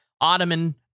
ottoman